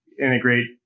integrate